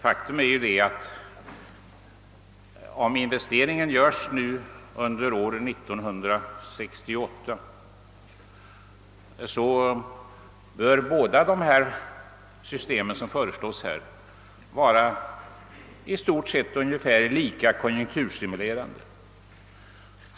Faktum är att om investeringar görs nu under år 1968 bör båda de system som här föreslås vara i stort sett ungefär lika konjunkturstimulerande.